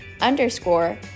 underscore